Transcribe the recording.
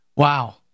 Wow